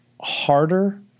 harder